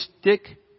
stick